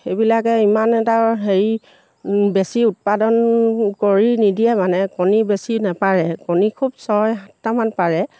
সেইবিলাকে ইমান এটা হেৰি বেছি উৎপাদন কৰি নিদিয়ে মানে কণী বেছি নেপাৰে কণী খুব ছয় সাতটামান পাৰে